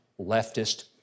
leftist